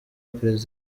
prezida